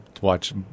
watch